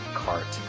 cart